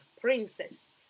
princess